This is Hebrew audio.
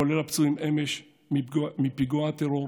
כולל הפצועים אמש מפיגוע הטרור